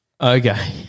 Okay